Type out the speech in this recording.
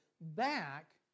back